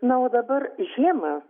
na o dabar žiemą